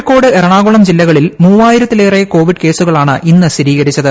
കോഴിക്കോട് എറണാകുളം ജില്ലകളിൽ മൂവ്വായിരത്തിലേറെ കോവിഡ് കേസുകളാണ് ഇന്ന് സ്ഥിരീകരിച്ചത്